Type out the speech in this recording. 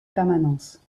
permanence